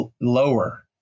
lower